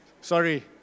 Sorry